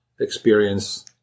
experience